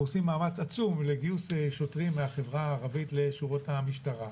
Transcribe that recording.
אנחנו עושים מאמץ עצום לגיוס שוטרים מהחברה הערבית לשורות המשטרה.